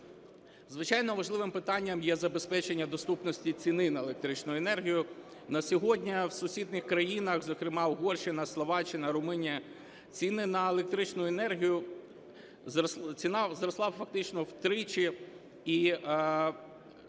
Звичайно, важливим питання є забезпечення доступності ціни на електричну енергію. На сьогодні в сусідніх країнах, зокрема Угорщина, Словаччина, Румунія, ціни на електричну енергію… ціна зросла фактично втричі, зокрема